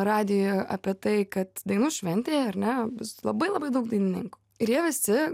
radijuje apie tai kad dainų šventėje ar ne bus labai labai daug dainininkų ir jie visi